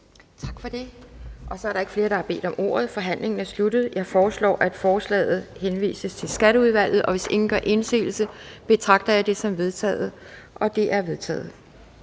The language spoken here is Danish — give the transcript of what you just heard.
Tak for det. Der er ikke flere, der har bedt om ordet. Forhandlingen er sluttet. Jeg foreslår, at forslaget henvises til Skatteudvalget. Hvis ingen gør indsigelse, betragter jeg det som vedtaget. Det er vedtaget.